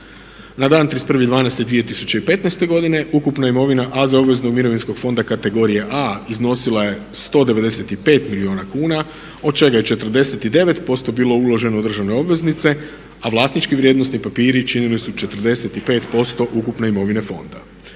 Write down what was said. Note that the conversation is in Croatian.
Na dan 31.12.2015. godine ukupna imovina AZ obveznog mirovinskog fonda kategorije A iznosila je 195 milijuna kuna od čega je 49% bilo uloženo u državne obveznice a vlasnički vrijednosni papiri činili su 45% ukupne imovine fonda.